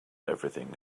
everything